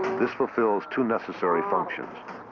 this fulfils two necessary functions.